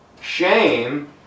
shame